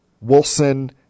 Wilson